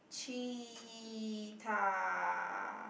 cheetah